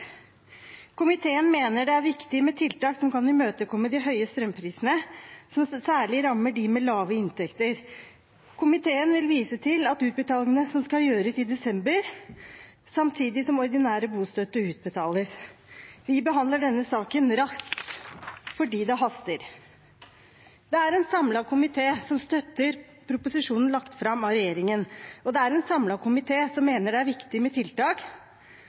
Komiteen mener det er viktig med tiltak som kan imøtekomme de høye strømprisene, som særlig rammer dem med lave inntekter. Komiteen vil vise til at utbetalingene skal gjøres i desember, samtidig som ordinær bostøtte utbetales. Vi behandler denne saken raskt fordi det haster. Det er en samlet komité som støtter proposisjonen lagt fram av regjeringen, og det er en samlet komité som mener det er viktig med tiltak